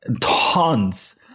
tons